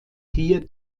hier